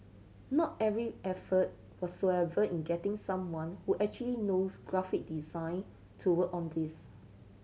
no every effort whatsoever in getting someone who actually knows graphic design to work on this